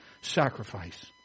Sacrifice